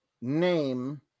name